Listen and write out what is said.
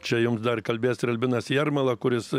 čia jums dar kalbės ir albinas jarmala kuris